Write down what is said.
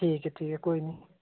ठीक ऐ ठीक ऐ कोई नीं